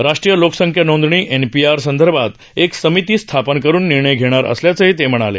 राष्ट्रीय लोकसंख्या नोंदणी एनपीआर संदर्भात एकसमिती स्थापन करून निर्णय घेणार असल्याचं ते म्हणाले